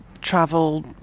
travel